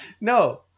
No